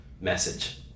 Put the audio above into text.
message